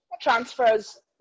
transfers